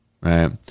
right